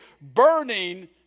burning